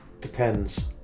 Depends